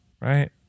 Right